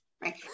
Right